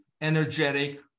energetic